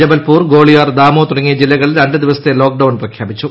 ജബൽപൂർ ഗ്വാളിയോർ ദാമോ തുടങ്ങിയ ജില്ലകളിൽ രണ്ട് ദിവസത്തെ ലോക്ക് ഡൌൺ പ്രഖ്യാപിച്ചു